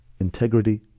integrity